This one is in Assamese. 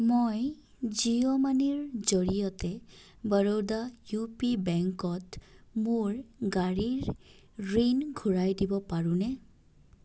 মই জিঅ' মানিৰ জৰিয়তে বৰোডা ইউপি বেংকত মোৰ গাড়ীৰ ঋণ ঘূৰাই দিব পাৰোনে